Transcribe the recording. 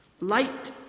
Light